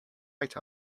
right